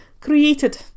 created